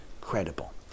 credible